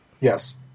yes